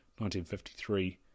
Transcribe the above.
1953